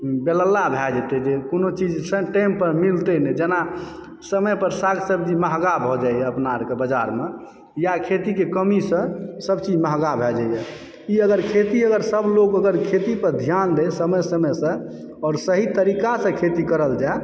बेलला भए जेतय जे कोनोचीज टाइम पर मिलतै नहि जेना समय पर साग सब्जी महग भऽ जाइए अपना अरके बाजारमे या खेतीके कमीसँ सभचीज महग भए जाइए ई अगर खेती अगर सभलोग अगर खेती पर ध्यान दैत समय समयसँ आओर सही तरीका सँ खेती करल जाए